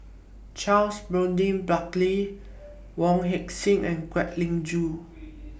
Charles Burton Buckley Wong Heck Sing and Kwek Leng Joo